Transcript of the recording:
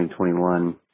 2021